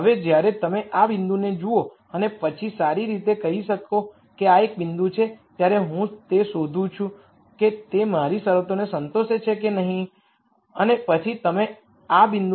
હવે જ્યારે તમે આ બિંદુને જુઓ અને પછી સારી રીતે કહો કે આ એક બિંદુ છે ત્યારે હું તે શોધુ છે કે તે મારી શરતોને સંતોષે છે કે નહીં અને પછી તમે આ બિંદુને આમાં મૂકી શકો છો અને પછી તમે સમજો કે તે આ શરતને સંતોષતું નથી